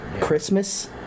Christmas